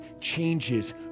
changes